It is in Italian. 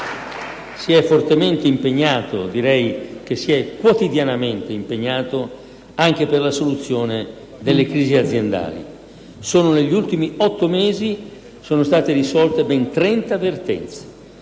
si è fortemente, direi quotidianamente, impegnato anche per la soluzione delle crisi aziendali. Solo negli ultimi otto mesi sono state risolte ben trenta vertenze.